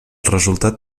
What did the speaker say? resultat